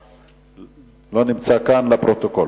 כאן, לפרוטוקול.